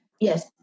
Yes